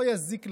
לא יזיק לך.